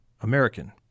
American